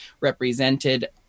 represented